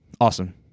Awesome